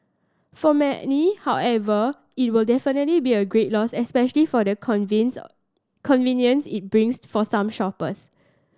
for many however it'll definitely be a great loss especially for the convince convenience it brings for some shoppers